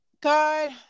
God